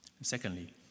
Secondly